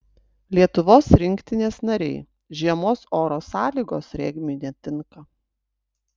lietuvos rinktinės nariai žiemos oro sąlygos regbiui netinka